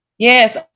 Yes